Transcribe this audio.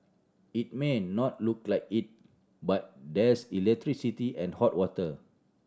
it may not look like it but there's electricity and hot water